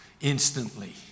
instantly